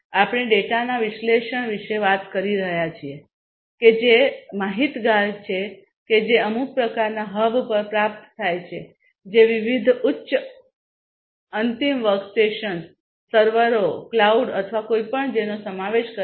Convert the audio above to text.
આપણે ડેટાના વિશ્લેષણ વિશે વાત કરી રહ્યા છીએ કે જે માહિતગાર છે કે જે અમુક પ્રકારના હબ પર પ્રાપ્ત થાય છે જે વિવિધ ઉચ્ચ અંતિમ વર્કસ્ટેશન્સ સર્વરો વાદળ અથવા કોઈપણ જેનો સમાવેશ કરે છે